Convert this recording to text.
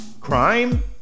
Crime